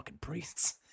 priests